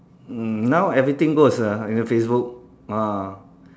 mm now everything goes ah in the Facebook ah